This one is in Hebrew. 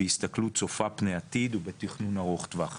בהסתכלות צופה פני עתיד ובתכנון ארוך טווח.